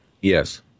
Yes